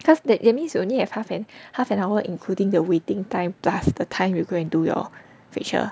cause that that means we only have half an hour including the waiting time plus the time we go and do your facial